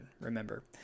remember